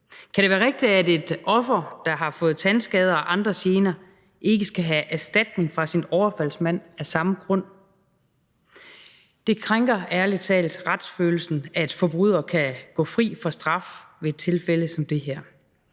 Kan det være rigtigt, at et offer, der har fået tandskader og andre gener, ikke skal have erstatning fra sin overfaldsmand af samme grund? Det krænker ærlig talt retsfølelsen, at forbrydere kan gå fri for straf ved et tilfælde som det her.